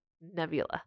nebula